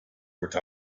tired